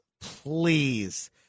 Please